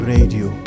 Radio